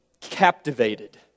captivated